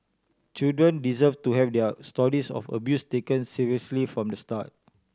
children deserve to have their stories of abuse taken seriously from the start